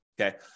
Okay